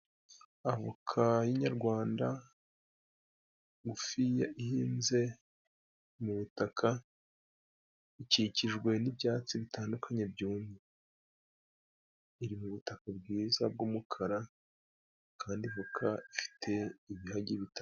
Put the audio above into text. Avoka y'inyarwanda ngufi ihinze mu butaka ikikijwe n'ibyatsi bitandukanye byumye iri mu butaka bwiza bw'umukara .